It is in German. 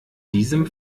diesem